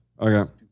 Okay